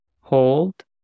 hold